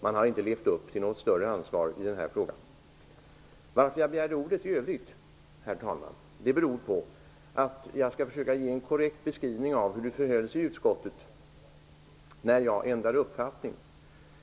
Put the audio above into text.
Man har inte levt upp till något större ansvar i frågan. Anledningen i övrigt till att jag begärde ordet var, herr talman, att jag skall försöka ge en korrekt beskrivning av hur det förhöll sig i utskottet när jag ändrade uppfattning.